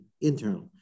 internal